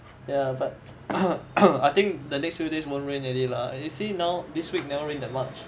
ya but I think the next few days won't rain already lah you see now this week never rain that much